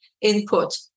input